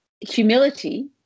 humility